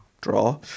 Draw